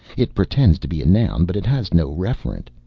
it pretends to be a noun but it has no referent.